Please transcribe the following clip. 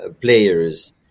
players